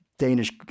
Danish